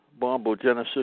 bombogenesis